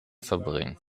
verbringen